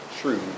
true